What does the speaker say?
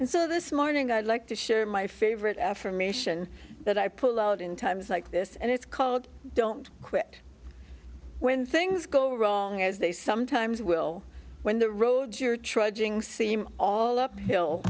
and so this morning i'd like to share my favorite affirmation that i pull out in times like this and it's called don't quit when things go wrong as they sometimes will when the road you're trudging seem all uphill